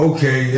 Okay